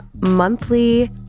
monthly